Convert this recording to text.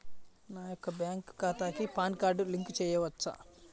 నా యొక్క బ్యాంక్ ఖాతాకి పాన్ కార్డ్ లింక్ చేయవచ్చా?